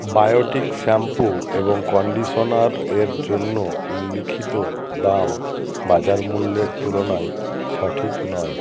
Biotique shampoo এবং কন্ডিশনারের জন্য উল্লেখিত দাম বাজার মূল্যের তুলনায় সঠিক নয়